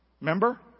Remember